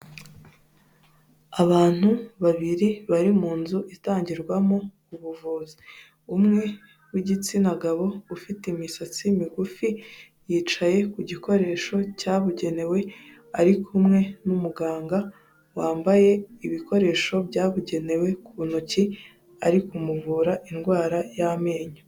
Abantu babiri bari mu nzu itangirwamo ubuvuzi umwe w'igitsina gabo ufite imisatsi migufi yicaye ku gikoresho cyabugenewe, ari kumwe n'umuganga wambaye ibikoresho byabugenewe ku ntoki ariko kumuvura indwara y'amenyo.